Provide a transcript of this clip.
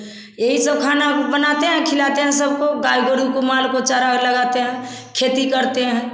यही सब खाना बनाते हैं खिलाते हैं सबको गाय गौ माल को चारा लगाते हैं खेती करते हैं